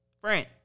friend